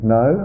no